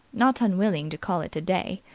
not unwilling to call it a day.